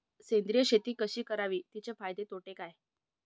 सेंद्रिय शेती कशी करावी? तिचे फायदे तोटे काय?